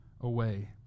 away